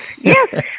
yes